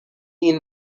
این